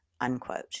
unquote